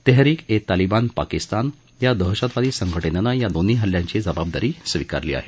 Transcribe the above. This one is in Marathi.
तेहरीके तालीबान पाकिस्तान या दहशतवादी संघ जेनं या दोन्ही हल्ल्याची जबाबदारी स्वीकारली आहे